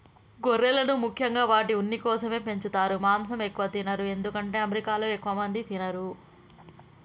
గొర్రెలను ముఖ్యంగా వాటి ఉన్ని కోసమే పెంచుతారు మాంసం ఎక్కువ తినరు ఎందుకంటే అమెరికాలో ఎక్కువ మంది తినరు